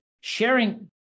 sharing